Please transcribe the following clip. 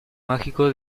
mágico